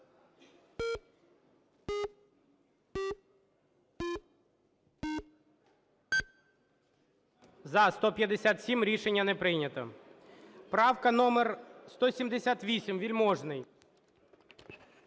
За-157 Рішення не прийнято. Правка номер 178, Вельможний.